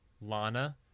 Lana